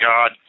God